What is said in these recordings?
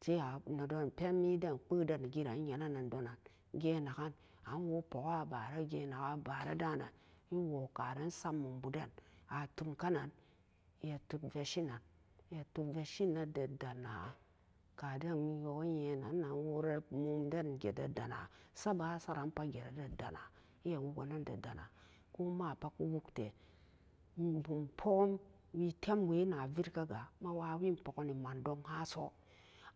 Kiya anedon pen mi den kpeo den ne geran yene nan ni donan gan naken e wo a pukka bara ga'n nanen e wo karan sat mum bu den a ton ka nan e yen tot vese nan da dana'a ka den e wo ye yenan nan wo ra mumden je da dana sat ba a sat rangat je da dana sat ba a sat rangat je be da dana e a wuken be da dana kuma pat ku wukte wu'un bun we tem we bena virka ga a wawe puke ne mandon a so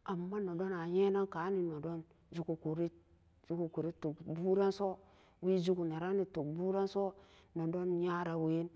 amma nedom a yenen narane tuk juki kuri tok buren to so wee ne don nyarawai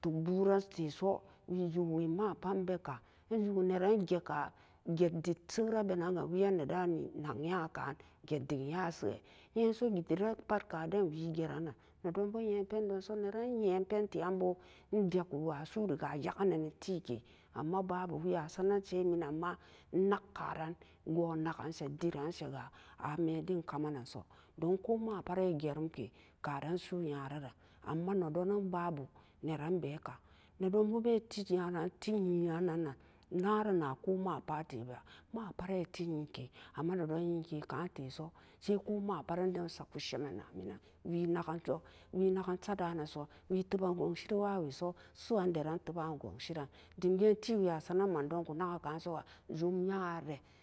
tok buran teso we juki we mapat be kan e juki we mapat be kan e juki neran jekan jet det seu'u re ben nan ga we yene. ka ne dai nak yarekan jet det yna sau'u re we yiso we dena deran pat ka den we a deran nedum ma nya pendonso neran nya pentenbo e vetkuwa su'u ga a nyakenen da teki amma bu we a sarenen sai minen ma inak ka-ran gun nakan se de ransega a meten kamenenso don ku mapat e gerum ke karan su'u nyaranen amma nedonen babu neran be'a e kan nedon be tit nya tite nan nan nya rena ku ma pat te ga ma pare ti nyi ke amma nedon nyi ke teso sai ku ma pat e set ku semen na menen we naken so we naken sa da neso we teben gonsi yi wa we so suuwandaran te ban gonsi yen dem ga'a ga saren mandon ku naken ka so jum yare.